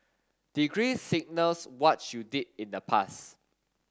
degrees signals what's you did in the past